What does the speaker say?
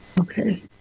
Okay